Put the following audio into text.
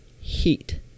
heat